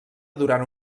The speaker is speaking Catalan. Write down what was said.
durant